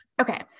Okay